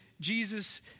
Jesus